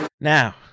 Now